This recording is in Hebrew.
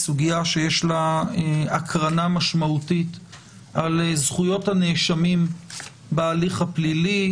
סוגיה שיש לה הקרנה משמעותית על זכויות הנאשמים בהליך הפלילי,